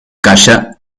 caixa